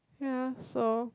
ya so